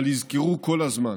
אבל יזכרו כל הזמן